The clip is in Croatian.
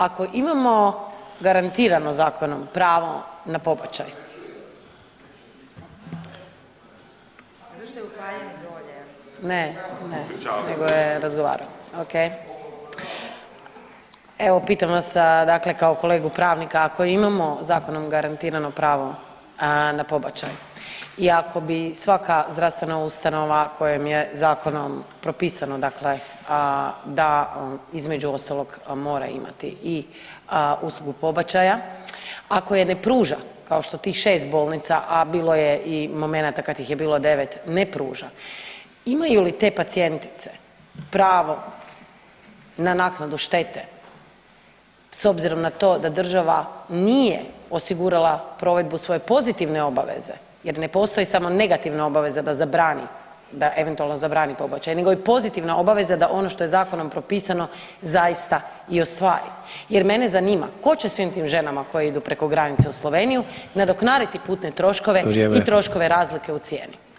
Ako imamo garantirano zakonom pravo na pobačaj, … [[Upadica se ne razumije.]] ok, evo pitam vas kao kolegu pravnika, ako imamo zakonom garantirano pravo na pobačaj i ako bi svaka zdravstvena ustanova kojom je zakonom propisano da između ostalog mora imati i uslugu pobačaja, ako je ne pruža kao što tih šest bolnica, a bilo je i momenata kad ih je bilo devet ne pruža, imaju li te pacijentice pravo na naknadu štete s obzirom na to da država nije osigurala provedbu svoje pozitivne obaveze jer ne postoji samo negativna obaveza da zabrani, da eventualno zabrani pobačaj nego je pozitivna obaveza da ono što je zakonom propisano zaista i ostvari jer mene zanima ko će svim tim ženama koje idu preko granice u Sloveniju nadoknaditi putne troškove [[Upadica Sanader: Vrijeme.]] i troškove razlike u cijeni?